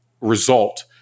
result